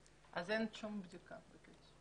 אז אין שום בדיקה, בקיצור.